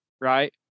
right